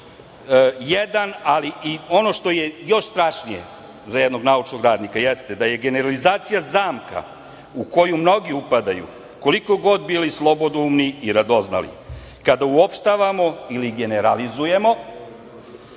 jedan, ali i ono što je još strašnije za jednog naučnog radnika jeste da je generalizacija zamka u koju mnogi upadaju koliko god bili slobodoumni i radoznali. Kada uopštavamo ili generalizujemo